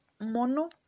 mono